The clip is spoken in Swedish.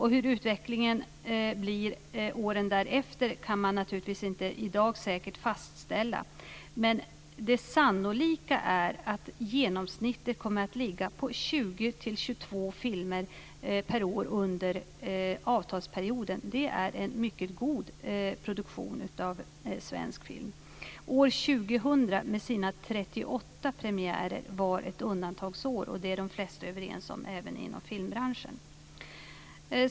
Hur utvecklingen blir åren därefter kan man naturligtvis inte i dag säkert fastställa, men det sannolika är att genomsnittet kommer att ligga på 20-22 filmer per år under avtalsperioden. Det är en mycket god produktion av svensk film. År 2000, med sina 38 premiärer, var ett undantagsår. Det är de flesta överens om även inom filmbranschen.